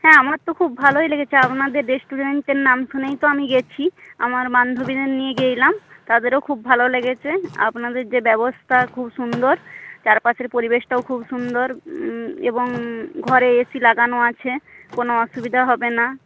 হ্যাঁ আমার তো খুব ভালোই লেগেছে আপনাদের রেস্টুরেন্টের নাম শুনেই তো আমি গেছি আমার বান্ধবীদের নিয়ে গেছলাম তাদেরও খুব ভালো লেগেছে আপনাদের যে ব্যবস্থা খুব সুন্দর চারপাশের পরিবেশটাও খুব সুন্দর এবং ঘরে এ সি লাগানো আছে কোনো অসুবিধা হবে না